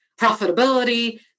profitability